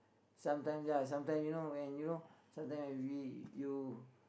sometime ya sometime you know when you know sometime when we you